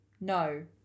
No